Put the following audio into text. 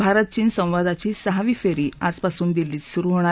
भारत चीन संवादाची सहावी फेरी आजपासून दिल्लीत सुरू होणार